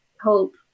hope